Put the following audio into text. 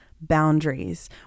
boundaries